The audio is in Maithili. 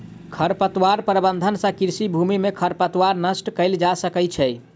खरपतवार प्रबंधन सँ कृषि भूमि में खरपतवार नष्ट कएल जा सकै छै